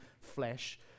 flesh